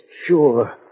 Sure